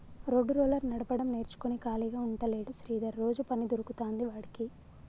road roller నడపడం నేర్చుకుని ఖాళీగా ఉంటలేడు శ్రీధర్ రోజు పని దొరుకుతాంది వాడికి